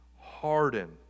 harden